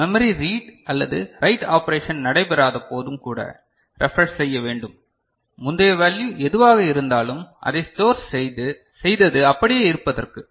memory read அல்லது write operation நடைபெறாதபோதும் கூட ரெப்ரெஷ் செய்ய வேண்டும் முந்தைய வேல்யு எதுவாக இருந்தாலும் அதை ஸ்டோர் செய்தது அப்படியே இருப்பதற்கு